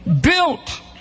Built